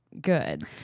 good